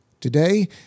Today